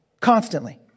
Constantly